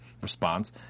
response